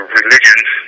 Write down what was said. religions